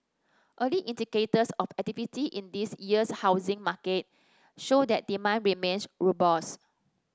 early indicators of activity in this year's housing market show that demand remains robust